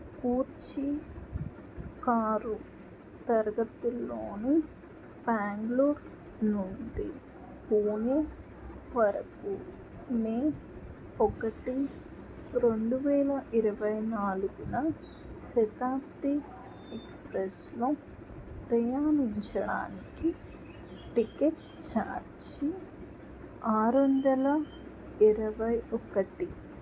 కూర్చీ car తరగతుల్లోను బెంగుళూరు నుండి పూణే వరకు మే ఒకటి రెండు వేల ఇరవై నాలుగున శతాబ్ది ఎక్స్ప్రెస్లో ప్రయాణించడానికి టికెట్ ఛార్జీ ఆరు వందల ఇరవై ఒకటి